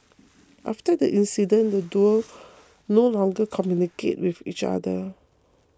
after the incident the duo no longer communicated with each other